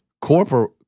corporate